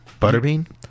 Butterbean